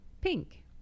Pink